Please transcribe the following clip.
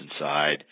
inside